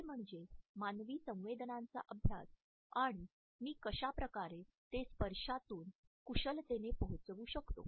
ते म्हणजे मानवी संवेदनांचा अभ्यास आणि मी कश्याप्रकारे ते स्पर्शातून ते कुशलतेने पोहोचवू शकतो